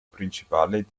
principale